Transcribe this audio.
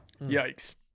Yikes